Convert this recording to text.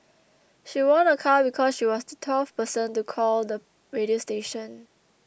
she won a car because she was the twelfth person to call the radio station